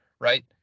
right